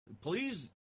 Please